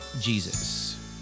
Jesus